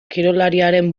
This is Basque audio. kirolarien